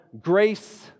grace